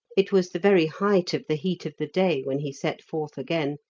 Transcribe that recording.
it was the very height of the heat of the day when he set forth again,